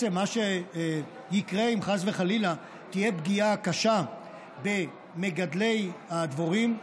מה שיקרה אם חס וחלילה תהיה פגיעה קשה במגדלי הדבורים,